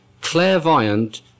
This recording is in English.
clairvoyant